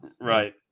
Right